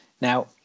now